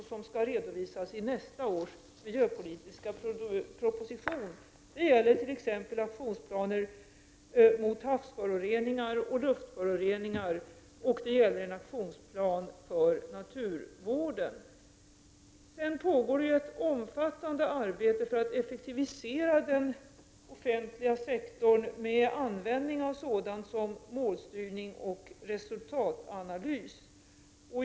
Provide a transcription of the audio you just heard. Dessa skall redovisas i nästa års miljöpolitiska proposition. Det är t.ex. aktionsplaner mot havsföroreningar och luftföroreningar samt en aktionsplan för naturvården. Det pågår ett omfattande arbete för att effektivisera den offentliga sektorn med användning av sådant som målstyrning och resultatanalys.